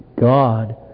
God